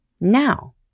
now